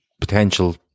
potential